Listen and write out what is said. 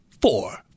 four